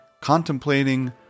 contemplating